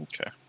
Okay